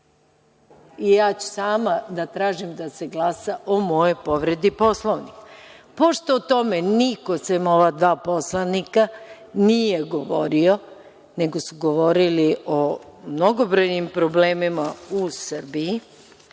i ja ću sama da tražim da se glasa o mojoj povredi Poslovnika. Pošto o tome niko sem ova dva poslanika nije govorio, nego su govorili o mnogobrojnim problemima u Srbiji